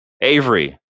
Avery